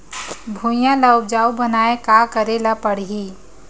भुइयां ल उपजाऊ बनाये का करे ल पड़ही?